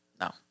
No